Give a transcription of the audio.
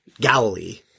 Galilee